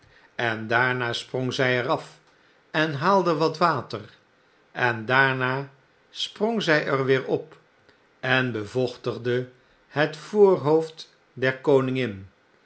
en daarna sprong zy er af en haalde wat water en daarna sprong zy er weer op en bevochtigde het voorhoofd der koningin